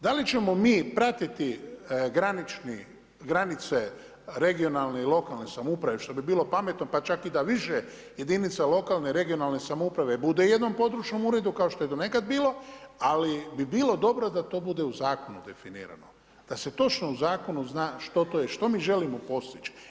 Da li ćemo mi pratiti granice regionalne i lokalne samouprave što bi bilo pametno pa čak i da više jedinica lokalne i regionalne samouprave bude u jednom područnom uredu kao što je to nekad bilo ali bi bilo dobro da to bude u zakonu definirano da se točno u zakonu zna što to je, što mi želimo postići.